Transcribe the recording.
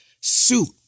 suit